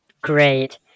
great